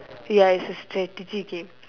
ya it's a strategy game